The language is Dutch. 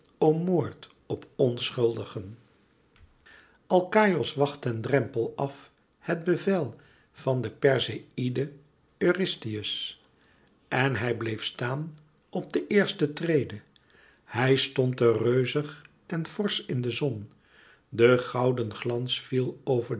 om moord op onschuldigen alkaïos wacht ten drempel af het bevel van den perseïde eurystheus en hij bleef staan op de eerste trede hij stond er reuzig en forsch in de zon de gouden glans viel over